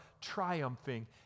triumphing